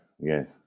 Yes